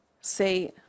say